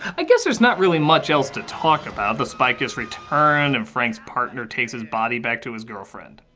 i guess there's not really much else to talk about. the spike is returned and franks partner takes his body back to his girlfriend.